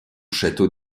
château